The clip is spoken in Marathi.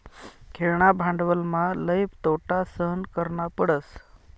खेळणा भांडवलमा लई तोटा सहन करना पडस